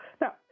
Now